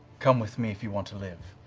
come with me if you want to live.